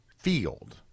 field